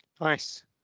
Nice